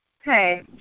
Hey